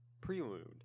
Prelude